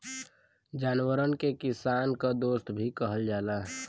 जानवरन के किसान क दोस्त भी कहल जाला